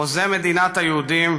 חוזה מדינת היהודים,